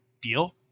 deal